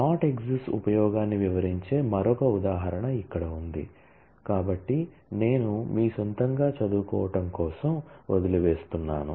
not exists ఉపయోగాన్ని వివరించే మరొక ఉదాహరణ ఇక్కడ ఉంది కాబట్టి నేను మీ స్వంతంగా చదువుకోటం కోసం వదిలివేస్తున్నాను